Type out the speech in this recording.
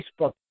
Facebook